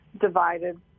divided